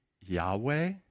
Yahweh